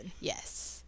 Yes